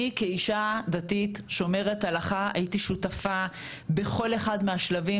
אני כאישה דתית שומרת הלכה הייתי שותפה בכל אחד מהשלבים.